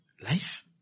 life